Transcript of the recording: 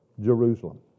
Jerusalem